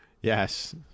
Yes